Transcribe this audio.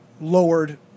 lowered